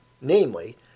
namely